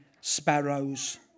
sparrows